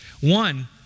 One